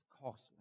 costly